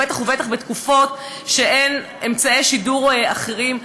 בטח ובטח בתקופות שאין אמצעי שידור אחרים,